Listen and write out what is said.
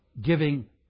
giving